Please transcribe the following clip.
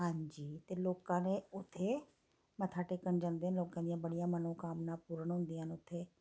हां जी ते लोकां ने उत्थें मत्था टेकन जंदे लोकें दियां बड़ियां मनोकामना पूर्ण होंदियां न उत्थें